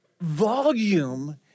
volume